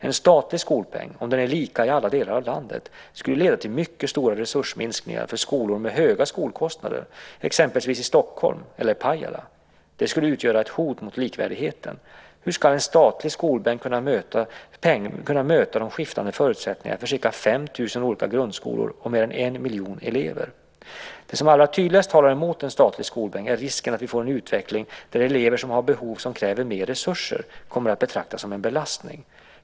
En statlig skolpeng, om den är lika i alla delar av landet, skulle leda till mycket stora resursminskningar för skolor med höga skolkostnader, exempelvis i Stockholm eller Pajala. Detta skulle utgöra ett hot mot likvärdigheten. Hur ska en statlig skolpeng kunna möta de skiftande förutsättningarna för ca 5 000 olika grundskolor och mer än en miljon elever? Det som allra tydligast talar emot en statlig skolpeng är att vi riskerar att få en utveckling där elever som har behov som kräver mer resurser kommer att betraktas som en belastning.